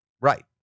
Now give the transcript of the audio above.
Right